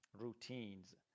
routines